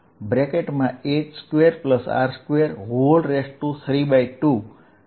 તેથી હું આને Q q h4π0h2R232 પણ લખી શકું છું